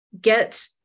get